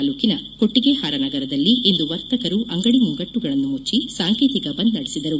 ತಾಲೂಕಿನ ಕೊಟ್ಟಿಗೆಹಾರ ನಗರದಲ್ಲಿ ಇಂದು ವರ್ತಕರು ಅಂಗಡಿ ಮುಂಗಟ್ಟುಗಳನ್ನು ಮುಟ್ಟಿ ಸಾಂಕೇತಿಕ ಬಂದ್ ನಡೆಸಿದರು